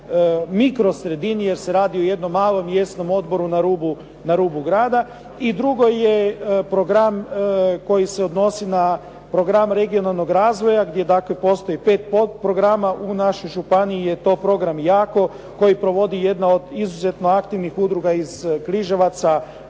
mikrosredini jer se radi o jednom malom mjesnom odboru na rubu grada. I drugo je program koji se odnosi na program regionalnog razvoja gdje dakle postoji pet podprograma, u našoj županiji je to program …/Govornik se ne razumije./… koji provodi jedna od izuzetno aktivnih udruga iz Križevaca